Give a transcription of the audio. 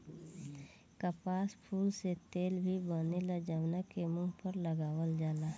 कपास फूल से तेल भी बनेला जवना के मुंह पर लगावल जाला